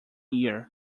year